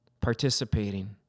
participating